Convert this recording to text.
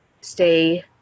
stay